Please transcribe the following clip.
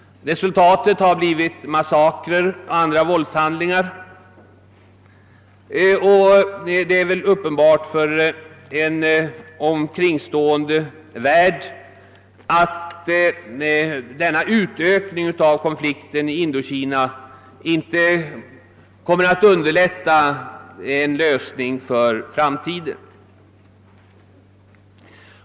Resultatet har blivit massakrer och andra våldshandlingar, och det är väl uppenbart för en omkringstående värld att denna utökning av konflikten i Indokina inte kommer att underlätta en lösning av problemen för framtiden.